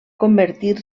convertir